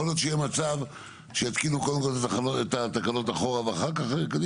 יכול להיות שיהיה מצב שיתקינו קודם כל את התקות אחורה ואחר כך קדימה.